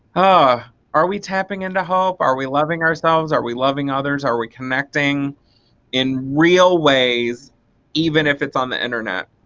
ah are we tapping into hope, are we loving ourselves, are we loving others, are we connecting in real ways even if it's on the internet?